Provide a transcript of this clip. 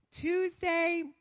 Tuesday